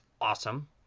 awesome